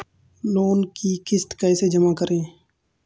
Loan की किश्त कैसे जमा करें?